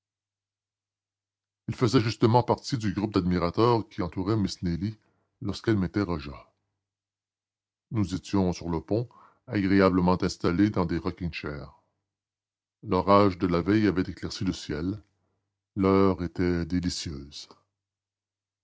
il faisait justement partie du groupe d'admirateurs qui entourait miss nelly lorsqu'elle m'interrogea nous étions sur le pont agréablement installés dans des rocking chairs l'orage de la veille avait éclairci le ciel l'heure était délicieuse